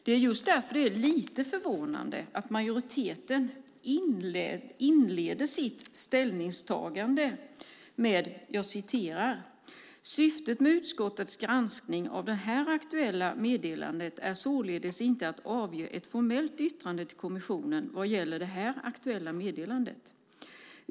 Det är just därför som det är lite förvånande att majoriteten inleder sitt ställningstagande med att skriva: Syftet med utskottets granskning av det aktuella meddelandet är således inte att avge ett formellt yttrande till kommissionen vad gäller det här meddelandet.